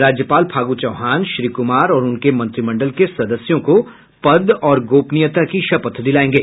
राज्यपाल फागू चौहान श्री कुमार और उनके मंत्रिमंडल के सदस्यों को पद और गोपनीयता की शपथ दिलाएंगे